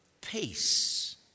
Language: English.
peace